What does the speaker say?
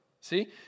See